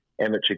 amateur